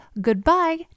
goodbye